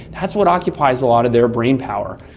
that's what occupies a lot of their brainpower.